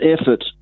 effort